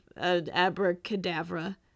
abracadabra